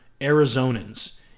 Arizonans